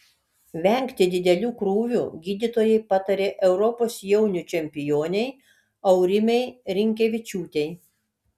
vengti didelių krūvių gydytojai patarė europos jaunių čempionei aurimei rinkevičiūtei